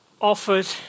offered